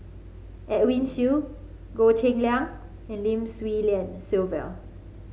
Edwin Siew Goh Cheng Liang and Lim Swee Lian Sylvia